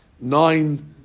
nine